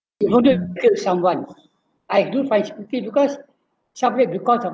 to hope the feel someone I do find because somewhere because of